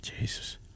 Jesus